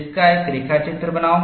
इसका एक रेखाचित्र बनाओ